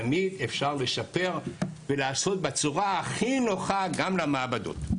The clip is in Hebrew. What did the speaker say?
אפשר לשפר ולעשות את ההשגחה בצורה שהיא הכי נוחה למעבדות.